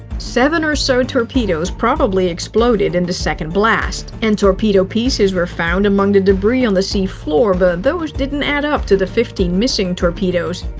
seven or so torpedoes probably exploded in the second blast. and torpedo pieces were found among the debris on the seafloor, but those didn't add up to the fifteen missing torpedoes.